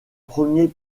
premiers